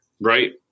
Right